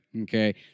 Okay